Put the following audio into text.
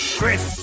Chris